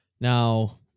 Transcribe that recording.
now